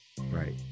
Right